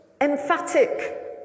emphatic